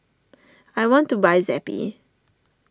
I want to buy Zappy